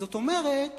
זאת אומרת,